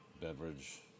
beverage